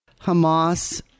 Hamas